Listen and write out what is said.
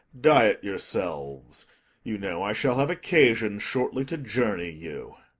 diet yourselves you know i shall have occasion shortly to journey you.